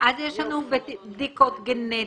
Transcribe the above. אז יש לנו בדיקות גנטיות,